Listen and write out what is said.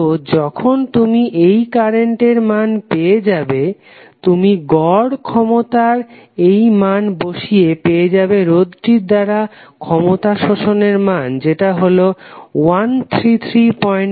তো যখন তুমি এই কারেন্টের মান পেয়ে যাবে তুমি গড় ক্ষমতায় এই মান বসিয়ে পেয়ে যাবে রোধটি দ্বারা ক্ষমতা শোষণের মান যেটা হলো 1333 ওয়াট